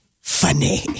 funny